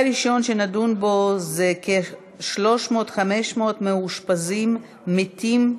21 חברי כנסת בעד, אין מתנגדים,